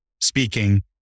speaking